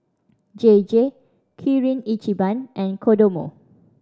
J J Kirin Ichiban and Kodomo